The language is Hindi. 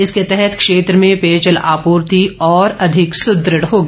इसके तहत क्षेत्र में पेयजल आपूर्ति और अधिक सुद्रढ़ होगी